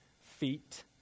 feet